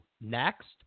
next